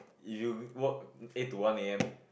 if you work eight to one A_M